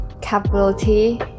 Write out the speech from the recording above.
capability